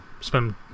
spend